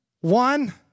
one